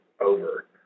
over